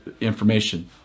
information